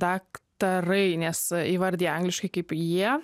daktarai nes įvardija angliškai kaip jie